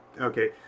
okay